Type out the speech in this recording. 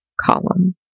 column